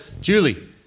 Julie